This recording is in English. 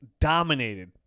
dominated